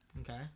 Okay